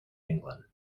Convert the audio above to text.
england